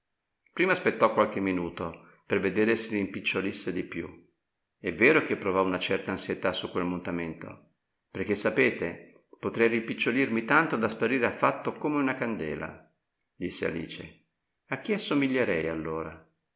prima aspettò qualche minuto per vedere se rimpicciolisse di più è vero che provò una certa ansietà su quel mutamento perchè sapete potrei rimpicciolirmi tanto da sparire affatto come una candela disse alice a chi assomiglierei allora